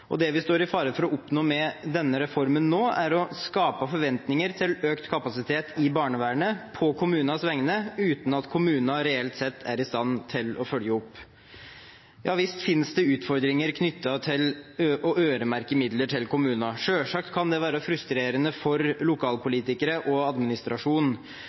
målsettinger. Det vi står i fare for å oppnå med denne reformen nå, er å skape forventninger til økt kapasitet i barnevernet på kommunenes vegne, uten at kommunene reelt sett er i stand til å følge det opp. Ja visst finnes det utfordringer knyttet til å øremerke midler til kommunene. Selvsagt kan det være frustrerende for lokalpolitikere og administrasjonen.